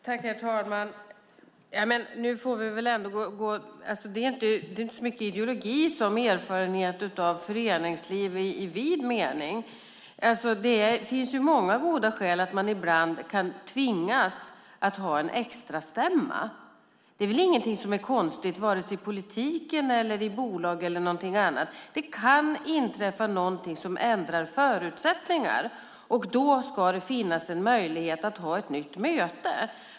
Herr talman! Nu får vi väl ändå se att det inte är så mycket ideologi som erfarenhet av föreningsliv i vid mening. Det finns många goda skäl till att man ibland kan tvingas ha en extrastämma. Det är väl ingenting som är konstigt vare sig i politiken, i bolag eller i någonting annat. Det kan inträffa någonting som ändrar förutsättningarna. Då ska det finnas en möjlighet att ha ett nytt möte.